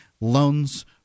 loans –